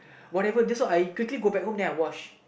whatever then so I quickly go back home and I wash